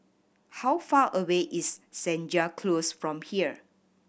how far away is Senja Close from here